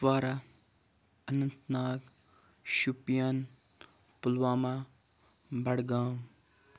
Kupwara Anantnag Shopian Pulwama Budgam